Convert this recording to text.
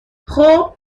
خوب